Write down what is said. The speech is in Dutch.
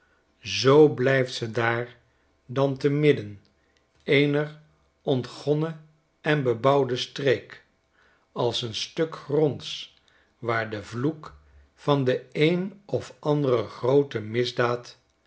zoo blijffc ze daar dan te midden eener ontgonnen en bebouwde streek als een stuk gronds waar de vloek van de een of andere groote misdaad